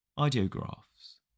ideographs